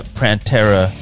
Prantera